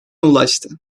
ulaştı